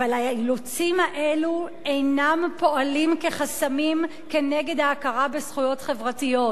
אבל האילוצים האלה אינם פועלים כחסמים נגד ההכרה בזכויות חברתיות.